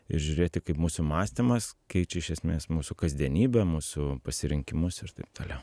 ir žiūrėti kaip mūsų mąstymas keičia iš esmės mūsų kasdienybę mūsų pasirinkimus ir taip toliau